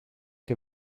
che